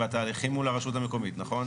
בתהליכים מול הרשות המקומית, נכון?